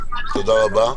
תודה רבה.